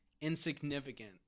insignificant